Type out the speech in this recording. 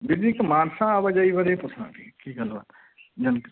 ਵੀਰ ਜੀ ਇੱਕ ਮਾਨਸਾ ਆਵਾਜਾਈ ਬਾਰੇ ਪੁੱਛਣਾ ਸੀ ਕੀ ਗੱਲ ਬਾਤ ਹੈ ਯਾਨੀ ਕਿ